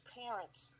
parents